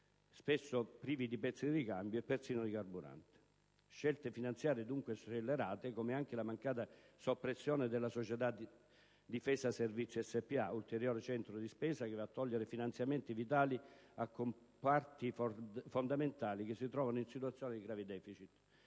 spesso privi di pezzi di ricambio e persino di carburante. Si tratta dunque di scelte finanziarie dunque scellerate, come anche la mancata soppressione della società Difesa servizi spa, ulteriore centro di spesa che va a togliere finanziamenti vitali a comparti fondamentali che si trovano in situazioni di grave deficit,